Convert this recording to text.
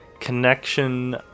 connection